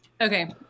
okay